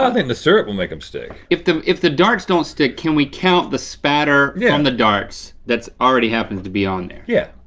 ah the and the syrup will make em stick. if the if the darts don't stick, can we count the spatter from yeah um the darts that's already happened to be on there? yeah,